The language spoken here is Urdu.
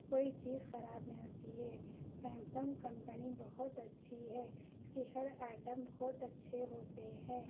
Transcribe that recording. کوئی چیز خراب نہیں ہوتی ہے سیمسنگ کمپنی بہت اچھی ہے اس کی ہر آئٹم بہت اچّھے ہوتے ہیں